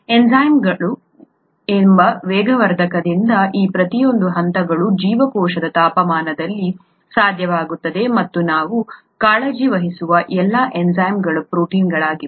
ಎನ್ಝೈಮ್ಗಳು ಎಂಬ ವೇಗವರ್ಧಕದಿಂದಾಗಿ ಈ ಪ್ರತಿಯೊಂದು ಹಂತಗಳು ಜೀವಕೋಶದ ತಾಪಮಾನದಲ್ಲಿ ಸಾಧ್ಯವಾಗುತ್ತವೆ ಮತ್ತು ನಾವು ಕಾಳಜಿವಹಿಸುವ ಎಲ್ಲಾ ಎನ್ಝೈಮ್ಗಳು ಪ್ರೋಟೀನ್ಗಳಾಗಿವೆ